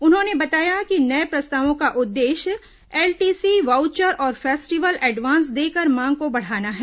उन्होंने बताया कि नये प्रस्तावों का उद्देश्य एलटीसी वाउचर और फेस्टिवल एडवांस देकर मांग को बढाना है